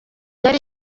yari